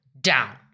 down